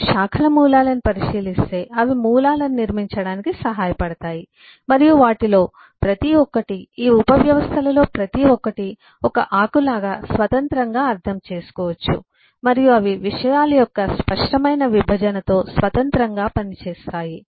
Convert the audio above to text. మీరు శాఖల మూలాలను పరిశీలిస్తే అవి మూలాలను నిర్మించటానికి సహాయపడతాయి మరియు వాటిలో ప్రతి ఒక్కటి ఈ ఉపవ్యవస్థలలో ప్రతి ఒక్కటి ఒక ఆకులాగా స్వతంత్రంగా అర్ధం చేసుకోవచ్చు మరియు అవి విషయాల యొక్క స్పష్టమైన విభజనతో స్వతంత్రంగా పనిచేస్తాయి